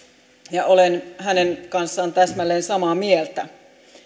ja olen hänen kanssaan täsmälleen samaa mieltä